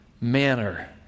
manner